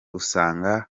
usanga